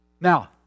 Now